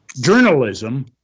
journalism